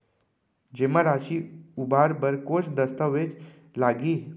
जेमा राशि उबार बर कोस दस्तावेज़ लागही?